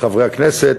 חברי הכנסת,